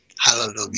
Hallelujah